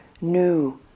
new